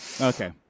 Okay